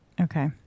Okay